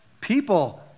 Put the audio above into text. people